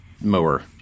mower